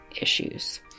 issues